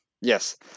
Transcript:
Yes